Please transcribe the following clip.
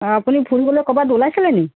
অঁ আপুনি ফুৰিবলৈ ক'ৰবাত ওলাইছিলে নেকি